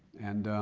and,